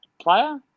player